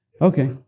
Okay